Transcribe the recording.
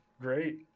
Great